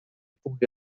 pugui